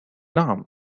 نعم